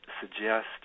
suggest